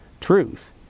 truth